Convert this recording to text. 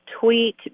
tweet